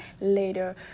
later